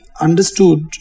understood